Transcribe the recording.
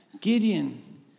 Gideon